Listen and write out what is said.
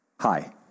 Hi